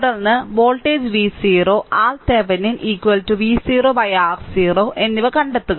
തുടർന്ന് voltage V0 RThevenin V0 R0 എന്നിവ കണ്ടെത്തുക